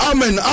Amen